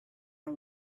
and